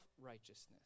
righteousness